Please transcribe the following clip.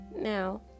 Now